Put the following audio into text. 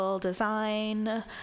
design